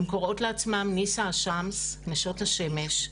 הן קוראות לעצמן, "ניסא א-שמס" - "נשות השמש",